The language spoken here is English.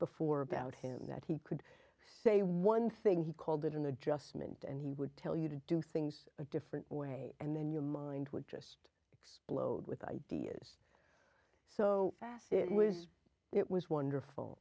before about him that he could say one thing he called it an adjustment and he would tell you to do things a different way and then your mind would just explode with ideas so that it was it was wonderful